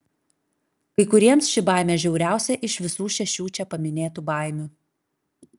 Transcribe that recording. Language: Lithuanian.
kai kuriems ši baimė žiauriausia iš visų šešių čia paminėtų baimių